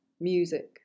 music